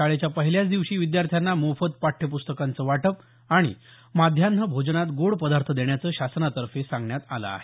शाळेच्या पहिल्याच दिवशी विद्यार्थ्यांना मोफत पाठ्यप्रस्तकांचं वाटप आणि माध्यान्ह भोजनात गोड पदार्थ देण्याचं शासनातर्फे सांगण्यात आलं आहे